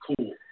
cool